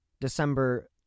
December